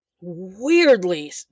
weirdly